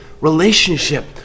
relationship